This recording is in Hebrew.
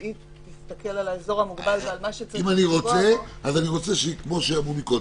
שהיא תסתכל על האזור המוגבל ועל מה שצריך לקבוע בו --- אם אני רוצה,